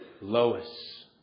Lois